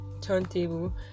turntable